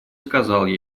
сказал